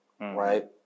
Right